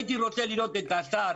הייתי רוצה לראות את השר